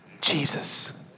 Jesus